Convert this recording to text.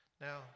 Now